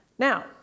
Now